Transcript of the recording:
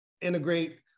integrate